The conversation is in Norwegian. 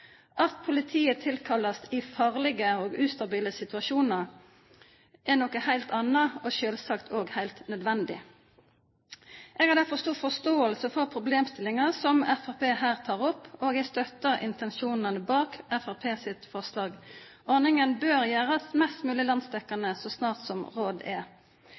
At politiet tilkalles i farlige og ustabile situasjoner, er noe helt annet og selvsagt også helt nødvendig. Jeg har derfor stor forståelse for problemstillingen som Fremskrittspartiet her tar opp, og jeg støtter intensjonene bak Fremskrittspartiets forslag. Ordningen bør gjøres mest mulig landsdekkende så snart som råd er.